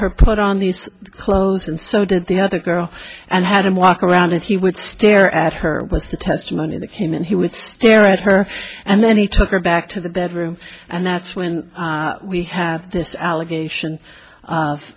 her put on these clothes and so did the other girl and had him walk around and he would stare at her with the testimony of him and he would stare at her and then he took her back to the bedroom and that's when we have this allegation of